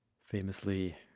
famously